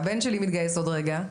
והבן שלי מתגייס עוד רגע,